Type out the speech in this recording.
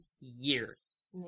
years